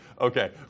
Okay